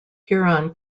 huron